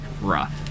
rough